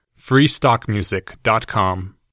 freestockmusic.com